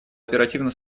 оперативно